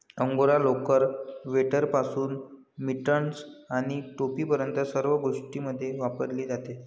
angora लोकर, स्वेटरपासून mittens आणि टोपीपर्यंत सर्व गोष्टींमध्ये वापरली जाते